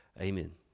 Amen